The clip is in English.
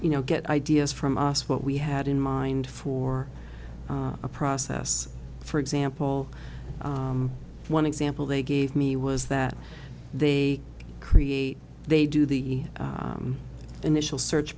you know get ideas from us what we had in mind for a process for example one example they gave me was that they create they do the initial search